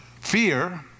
fear